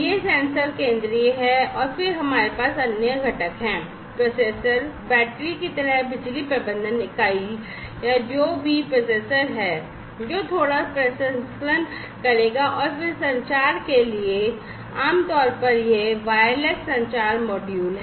तो ये सेंसर केंद्रीय हैं फिर हमारे पास अन्य घटक हैं प्रोसेसर बैटरी की तरह बिजली प्रबंधन इकाई या जो भी processor है जो थोड़ा प्रसंस्करण करेगा और फिर संचार के लिए आमतौर पर यह है wireless संचार मॉड्यूल